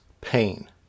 pain